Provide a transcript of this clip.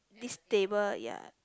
this table ya